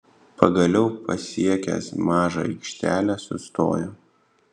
pagaliau pasiekęs mažą aikštelę sustojo